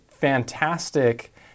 fantastic